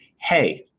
hey,